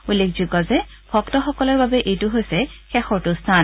উল্লেখযোগ্য যে ভক্তসকলৰ বাবে এইটো হৈছে শেষৰটো স্নান